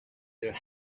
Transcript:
your